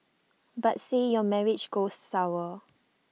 but say your marriage goes sour